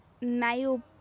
male